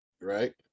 right